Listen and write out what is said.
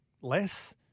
less